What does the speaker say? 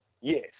Yes